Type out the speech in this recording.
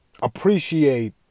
appreciate